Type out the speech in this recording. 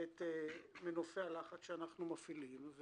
את מנופי הלחץ שאנחנו מפעילים.